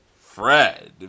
Fred